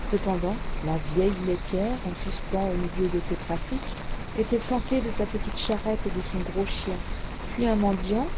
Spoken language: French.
cependant la vieille laitière en suspens au milieu de ses pratiques était flanquée de sa petite charrette et de son gros chien puis un mendiant